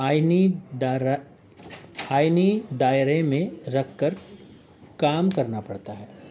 آئین د آئینی دائرے میں رکھ کر کام کرنا پڑتا ہے